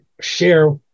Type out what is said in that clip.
share